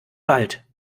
wald